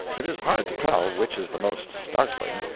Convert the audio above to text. it is hard to tell which is the most startling,